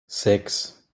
sechs